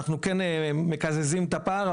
אנחנו כן מקזזים את הפער,